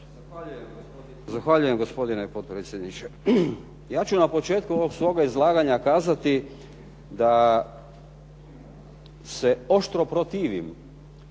Zahvaljujem gospodine potpredsjedniče. Ja ću na početku ovog svoga izlaganja kazati da se oštro protivim